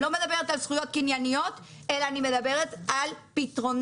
לא מדברת על זכויות קנייניות אלא אני מדברת על פתרונות